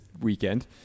weekend